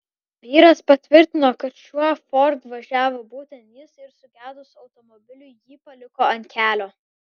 vyras patvirtino kad šiuo ford važiavo būtent jis ir sugedus automobiliui jį paliko ant kelio